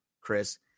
Chris